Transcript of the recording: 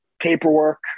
paperwork